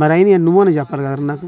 మరి అయినయ్యి నువ్వైనా చెప్పాలి కదరా నాకు